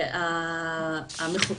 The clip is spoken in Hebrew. המחוקק,